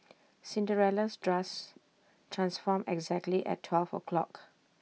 Cinderella's dress transformed exactly at twelve o' clock